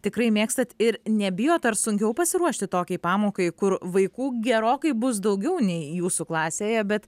tikrai mėgstat ir nebijot ar sunkiau pasiruošti tokiai pamokai kur vaikų gerokai bus daugiau nei jūsų klasėje bet